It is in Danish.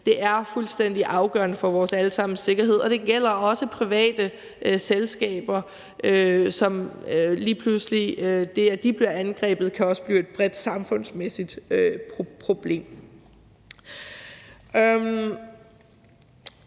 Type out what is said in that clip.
Det er fuldstændig afgørende for vores alle sammens sikkerhed, og det gælder også private selskaber. Det, at de bliver angrebet, kan også lige pludselig blive et bredt samfundsmæssigt problem.